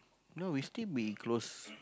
no we'll still be close